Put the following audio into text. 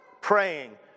praying